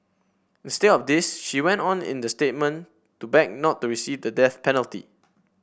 instead of this she went on in the statement to beg not to receive the death penalty